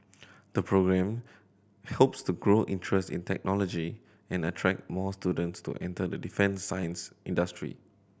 the programme hopes to grow interest in technology and attract more students to enter the defence science industry